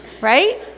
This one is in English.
Right